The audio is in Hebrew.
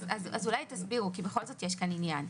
אולי תסבירו כי בכל זאת יש כאן עניין.